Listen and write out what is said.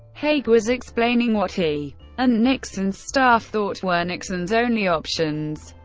haig was explaining what he and nixon's staff thought were nixon's only options.